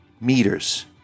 meters